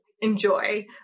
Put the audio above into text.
enjoy